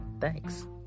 Thanks